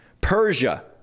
Persia